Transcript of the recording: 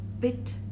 bit